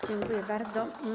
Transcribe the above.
Dziękuję bardzo.